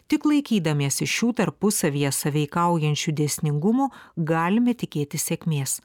tik laikydamiesi šių tarpusavyje sąveikaujančių dėsningumų galime tikėtis sėkmės